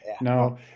No